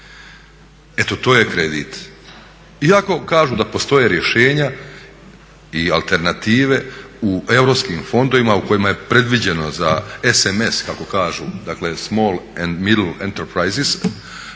Eto to je kredit. Iako kažu da postoje rješenja i alternative u europskim fondovima u kojima je predviđeno za SMS kako kažu dakle small and middle enterprises,